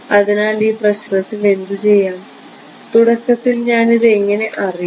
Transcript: അതിനാൽ ഈ പ്രശ്നത്തിൽ എന്തുചെയ്യാം തുടക്കത്തിൽ ഞാൻ ഇതെങ്ങനെ അറിയും